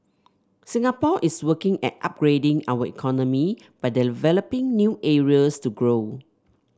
Singapore is working at upgrading our economy by developing new areas to grow